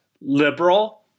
liberal